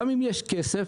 גם אם יש כסף,